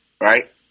right